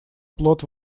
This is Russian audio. плод